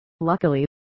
Luckily